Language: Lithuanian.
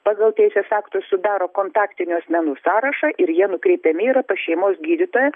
pagal teisės aktus sudaro kontaktinių asmenų sąrašą ir jie nukreipiami yra pas šeimos gydytoją